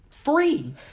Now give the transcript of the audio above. free